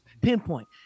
pinpoint